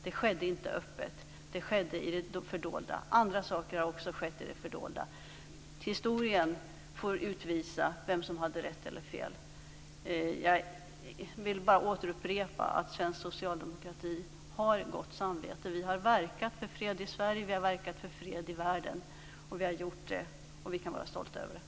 Det skedde inte öppet. Det skedde i det fördolda. Andra saker har också skett i det fördolda. Historien får utvisa vem som hade rätt eller fel. Jag vill bara återupprepa att svensk socialdemokrati har ett gott samvete. Vi har verkat för fred i Sverige, vi har verkat för fred i världen. Det har vi gjort, och vi kan vara stolta över det.